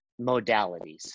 modalities